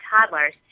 toddlers